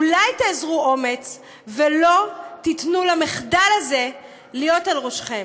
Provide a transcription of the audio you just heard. אולי תאזרו אומץ ולא תיתנו למחדל הזה להיות על ראשכם.